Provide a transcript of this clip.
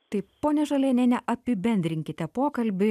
taip pone žalėniene apibendrinkite pokalbį